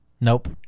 Nope